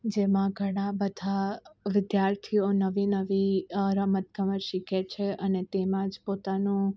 જેમાં ઘણા બધા વિદ્યાર્થીઓ નવી નવી રમત ગમત શીખે છે અને તેમાં જ પોતાનો